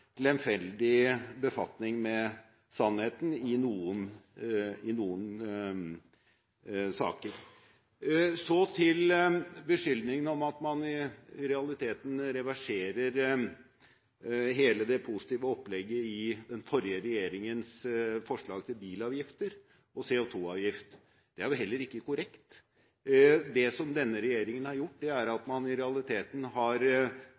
lemfeldig befatning med sannheten i noen saker. Så til beskyldningene om at man i realiteten reverserer hele det positive opplegget i den forrige regjeringens forslag til bilavgifter og CO2-avgifter. Det er jo heller ikke korrekt. Det som denne regjeringen har gjort, er at man i realiteten har